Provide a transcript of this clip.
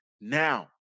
now